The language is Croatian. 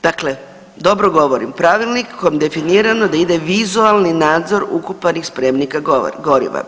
Dakle, dobro govorim, pravilnikom definirano da ide vizualni nadzor ukopanih spremnika goriva.